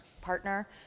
partner